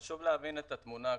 חשוב להבין את התמונה הכללית.